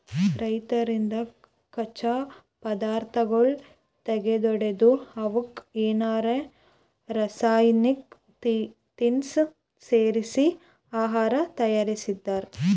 ರೈತರಿಂದ್ ಕಚ್ಚಾ ಪದಾರ್ಥಗೊಳ್ ತಗೊಂಡ್ ಅವಕ್ಕ್ ಏನರೆ ರಾಸಾಯನಿಕ್ ತಿನಸ್ ಸೇರಿಸಿ ಆಹಾರ್ ತಯಾರಿಸ್ತಾರ್